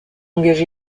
engagé